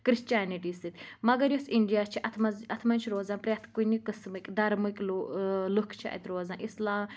Christianity سۭتۍ مگر یُس اِنڈیا چھِ اتھ منٛز اتھ منٛز چھِ روزان پرٛٮ۪تھ کُنہِ قٕسمٕکۍ دَرمٕکۍ لُہ لُکھ چھِ اَتہِ روزان اِسلام